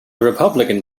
republican